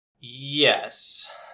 Yes